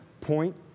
point